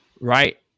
Right